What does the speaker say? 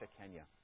Kenya